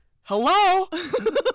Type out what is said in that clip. Hello